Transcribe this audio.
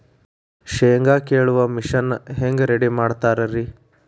ಶೇಂಗಾ ಕೇಳುವ ಮಿಷನ್ ಹೆಂಗ್ ರೆಡಿ ಮಾಡತಾರ ರಿ?